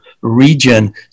region